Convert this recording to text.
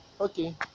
Okay